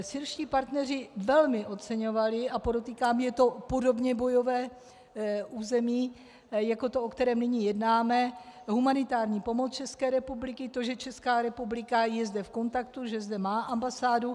Syrští partneři velmi oceňovali, a podotýkám, že je to podobně bojové území jako to, o kterém nyní jednáme, humanitární pomoc České republiky, to, že Česká republika je zde v kontaktu, že zde má ambasádu.